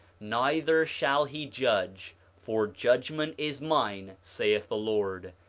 neither shall he judge for judgment is mine, saith the lord,